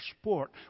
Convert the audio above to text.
sport